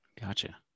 gotcha